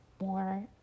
more